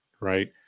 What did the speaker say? right